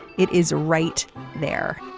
it is right there.